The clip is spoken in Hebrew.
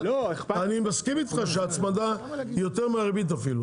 אני מסכים איתך שההצמדה היא יותר מהריבית אפילו.